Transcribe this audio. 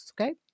Okay